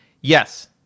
Yes